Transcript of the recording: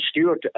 Stewart